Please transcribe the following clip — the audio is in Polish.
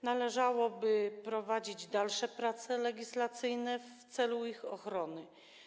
Należałoby prowadzić dalsze prace legislacyjne w celu ich ochrony.